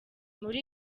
muri